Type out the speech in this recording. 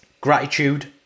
gratitude